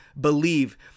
believe